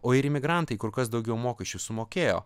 o ir imigrantai kur kas daugiau mokesčių sumokėjo